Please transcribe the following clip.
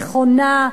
נכונה,